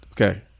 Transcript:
Okay